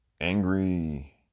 angry